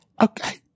Okay